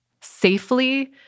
safely